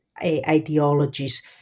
ideologies